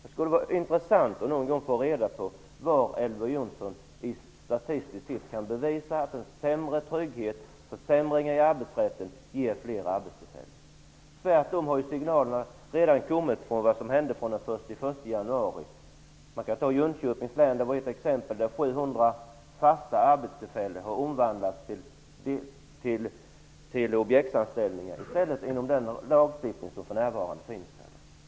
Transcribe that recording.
Det skulle vara intressant att någon gång få reda på om Elver Jonsson statistiskt kan bevisa att försämrad trygghet och försämringar i arbetsrätten ger fler arbetstillfällen. Tvärtom har signalerna redan kommit efter vad som hände den 1 januari. Jag kan ta Jönköpings län som exempel. Där har 700 fasta arbetstillfällen omvandlats till objektsanställningar i enlighet med den lagstiftning som för närvarande finns.